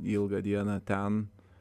ilgą dieną ten